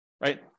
right